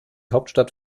hauptstadt